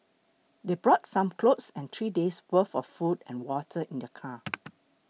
they brought some clothes and three days' worth of food and water in their car